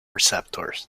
receptors